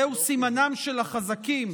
הם סימנם של החזקים,